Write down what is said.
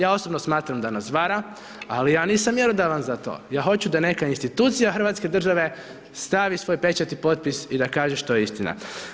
Ja osobno smatram da nas vara, ali ja nisam mjerodavan za to, ja hoću da neka institucija hrvatske države stavi svoj pečat i potpis i da kaže što je istina.